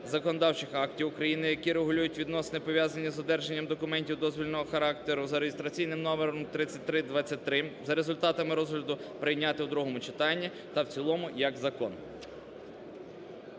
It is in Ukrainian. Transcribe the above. законодавчих актів України, які регулюють відносини пов'язані з одержанням документів дозвільного характеру (за реєстраційним номером 3323), за результатами розгляду прийняти в другому читанні та в цілому як закон.